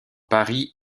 paris